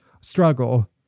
struggle